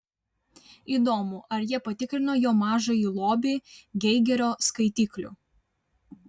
įdomu ar jie patikrino jo mažąjį lobį geigerio skaitikliu